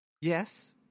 Yes